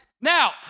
Now